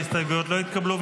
ההסתייגויות לא התקבלו.